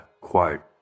quote